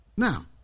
Now